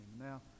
Now